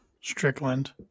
Strickland